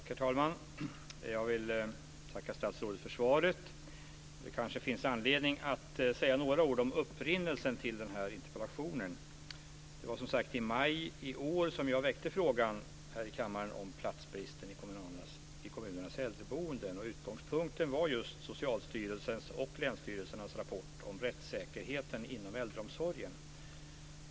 Herr talman! Jag vill tacka statsrådet för svaret. Det kanske finns anledning att säga några ord om upprinnelsen till den här interpellationen. Det var, som sagt, i maj i år som jag väckte frågan här i kammaren om platsbristen i kommunernas äldreboenden. Utgångspunkten var just Socialstyrelsens och länsstyrelsernas rapport om rättssäkerheten inom äldreomsorgen.